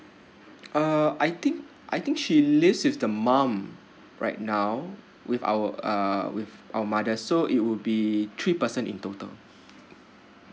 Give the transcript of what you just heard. uh I think I think she lives with the mom right now with our err with our mothers so it will be three person in total